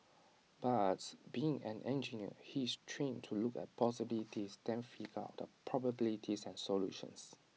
but being an engineer he is trained to look at possibilities then figure out the probabilities and solutions